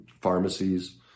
pharmacies